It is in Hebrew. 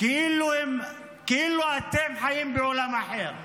כאילו אתם חיים בעולם אחר,